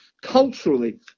culturally